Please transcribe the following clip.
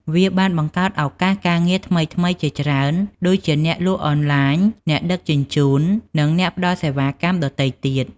វាបានបង្កើតឱកាសការងារថ្មីៗជាច្រើន ដូចជាអ្នកលក់អនឡាញ អ្នកដឹកជញ្ជូន និងអ្នកផ្តល់សេវាកម្មដទៃទៀត។